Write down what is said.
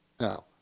Now